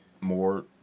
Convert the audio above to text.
more